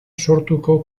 sortuko